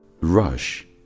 Rush